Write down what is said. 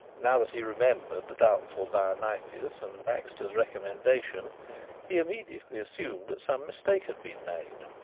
now that he remembered the doubtful dionysius and baxter's recommendation he immediately assumed that some mistake had been made.